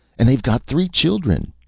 and they've got three children!